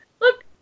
Look